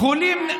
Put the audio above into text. חולים,